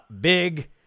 big